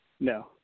No